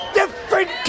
different